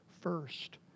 first